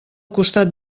costat